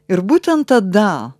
ir būtent tada